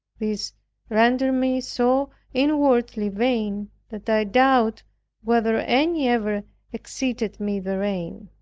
this rendered me so inwardly vain, that i doubt whether any ever exceeded me therein.